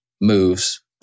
moves